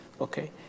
Okay